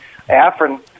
Afrin